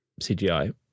CGI